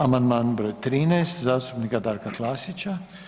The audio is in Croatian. Amandman broj 13. zastupnika Darka Klasića.